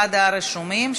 כאחד הרשומים.